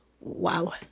Wow